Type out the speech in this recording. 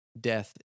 death